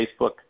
Facebook